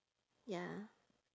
ya